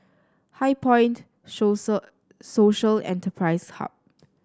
HighPoint Social Enterprise Hub